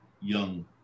young